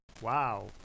Wow